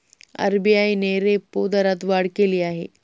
RBI ने repo दरात वाढ केली आहे